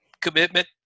commitment